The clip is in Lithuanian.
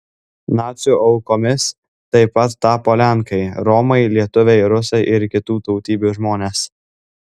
nacių aukomis taip pat tapo lenkai romai lietuviai rusai ir kitų tautybių žmonės